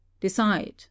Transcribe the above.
decide